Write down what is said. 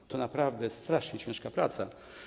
To jest naprawdę strasznie ciężka praca.